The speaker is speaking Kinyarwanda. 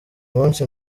munsi